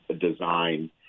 design